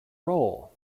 role